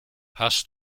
hast